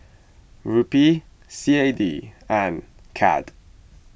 Rupee C A D and Cad